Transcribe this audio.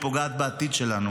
היא פוגעת בעתיד שלנו.